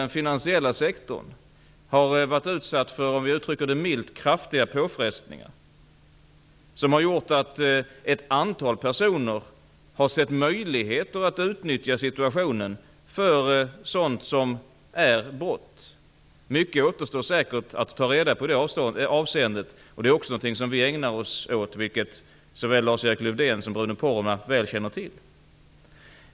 Den finansiella sektorn som jag har att hantera har, om vi uttrycker det milt, varit utsatt för kraftiga påfrestningar som har gjort att ett antal personer har sett möjligheter att utnyttja situationen för att begå brott. Mycket återstår säkert att ta reda på. Det är också någonting som vi ägnar oss åt, vilket såväl Lars Erik Lövdén som Bruno Poromaa väl känner till.